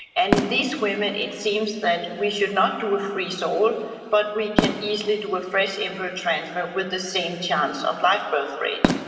and in these women it seems that we should not do a freeze-all but we can easily do a fresh embryo transfer with the same chance of live birth rate.